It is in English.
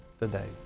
today